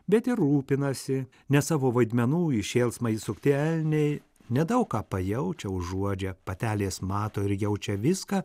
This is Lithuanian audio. bet ir rūpinasi nes savo vaidmenų į šėlsmą įsukti elniai nedaug ką pajaučia užuodžia patelės mato ir jaučia viską